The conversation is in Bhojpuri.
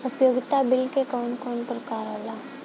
उपयोगिता बिल के कवन कवन प्रकार होला?